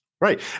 Right